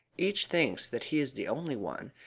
each thinks that he is the only one,